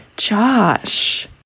josh